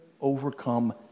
overcome